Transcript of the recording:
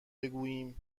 بگویم